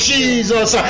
Jesus